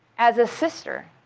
as a sister